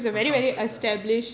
her comforts ah